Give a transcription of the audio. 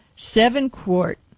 seven-quart